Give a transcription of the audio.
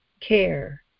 care